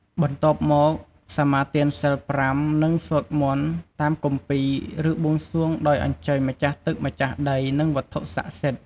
បន្ទាប់មក សមាទានសីល ៥ និង សូត្រមន្ត តាមគម្ពីរ ឬបួងសួង ដោយអញ្ជើញម្ចាស់ទឹកម្ចាស់ដី និងវត្ថុស័ក្តិសិទ្ធិ ។